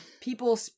people